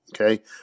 Okay